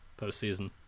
postseason